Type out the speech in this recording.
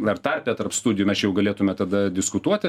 ar tarpe tarp studijų mes čia jau galėtume tada diskutuoti